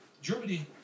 Germany